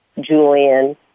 Julian